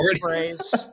phrase